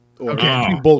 Okay